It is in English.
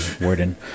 Warden